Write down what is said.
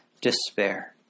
despair